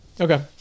Okay